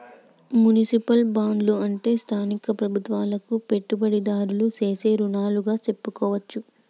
municipal బాండ్లు అంటే స్థానిక ప్రభుత్వాలకు పెట్టుబడిదారులు సేసే రుణాలుగా సెప్పవచ్చు